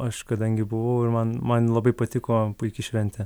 aš kadangi buvau ir man man labai patiko puiki šventė